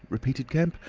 repeated kemp.